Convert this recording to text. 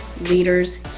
leaders